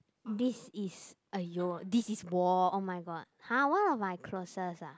this is !aiyo! this is war oh-my-god !huh! one of my closest ah